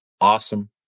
Awesome